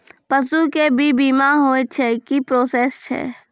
पसु के भी बीमा होय छै, की प्रोसेस छै?